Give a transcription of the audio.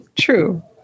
true